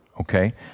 Okay